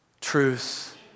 Truth